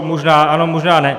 Možná ano, možná ne.